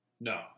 No